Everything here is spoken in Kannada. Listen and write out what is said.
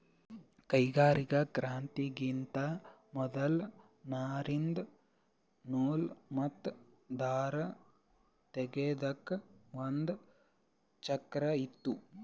ಕೈಗಾರಿಕಾ ಕ್ರಾಂತಿಗಿಂತಾ ಮೊದಲ್ ನಾರಿಂದ್ ನೂಲ್ ಮತ್ತ್ ದಾರ ತೇಗೆದಕ್ ಒಂದ್ ಚಕ್ರಾ ಇತ್ತು